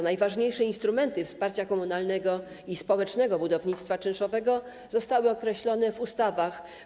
Najważniejsze instrumenty wsparcia komunalnego i społecznego budownictwa czynszowego zostały określone w ustawach.